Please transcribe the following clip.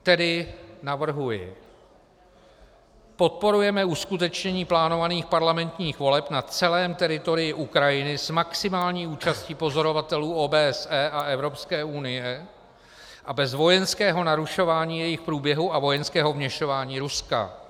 Tedy navrhuji: Podporujeme uskutečnění plánovaných parlamentních voleb na celém teritoriu Ukrajiny s maximální účastí pozorovatelů OBSE a Evropské unie a bez vojenského narušování jejich průběhu a vojenského vměšování Ruska.